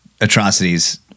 atrocities